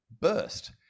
burst